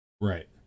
Right